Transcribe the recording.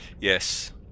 Yes